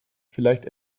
vielleicht